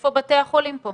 איפה בתי החולים פה?